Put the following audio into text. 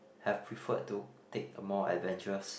have preferred to take a more adventurous